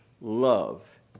love